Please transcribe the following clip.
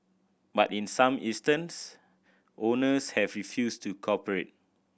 but in some instance owners have refused to cooperate